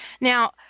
Now